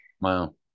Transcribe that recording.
Wow